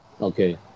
Okay